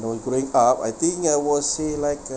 when growing up I think I was say like uh